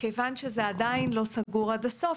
כיוון שזה עדיין לא סגור עד הסוף.